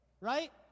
Right